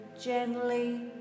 gently